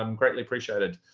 um greatly appreciated.